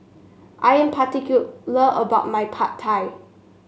I am particular about my Pad Thai